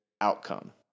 outcome